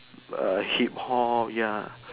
err Hip hop ya